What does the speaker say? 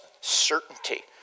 certainty